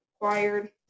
required